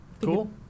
cool